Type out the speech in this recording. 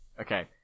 Okay